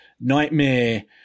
Nightmare